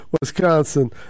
Wisconsin